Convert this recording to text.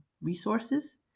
resources